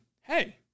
hey